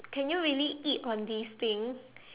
can you really eat on this thing